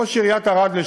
ראש עיריית ערד לשעבר,